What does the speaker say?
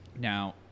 Now